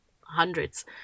hundreds